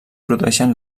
produeixen